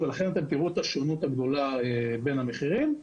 לכן אתם תראו שונות גדולה בין המחירים.